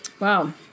Wow